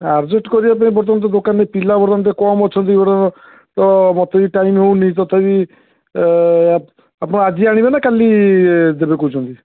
adjust କରିବା ପାଇଁ ବର୍ତ୍ତମାନ ତ ଦୋକାନରେ ପିଲା ବର୍ତ୍ତମାନ ତ କମ୍ ଅଛନ୍ତି ତ ମୋତେ ବି ଟାଇମ୍ ହେଉନି ତଥାପି ଆପଣ ଆଜି ଆଣିବେ ନା କାଲି ଦେବେ କହୁଛନ୍ତି